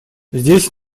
здесь